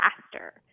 faster